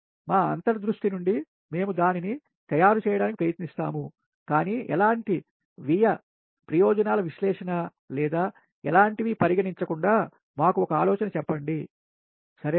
కాబట్టి మా అంతర్ దృష్టి నుండి మేము దానిని తయారు చేయడానికి ప్రయత్నిస్తాము కాని ఎలాంటి వ్యయ ప్రయోజనాల విశ్లేషణ లేదా ఎలాంటివి పరిగణించకుండా మాకు ఒక ఆలోచన చెప్పండి సరే